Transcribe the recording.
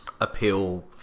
appeal